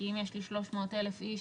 כי אם יש לי 300,000 איש